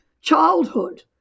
childhood